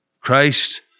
christ